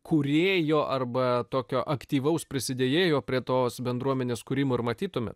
kūrėjo arba tokio aktyvaus prisidėjo prie tos bendruomenės kūrimo ir matytume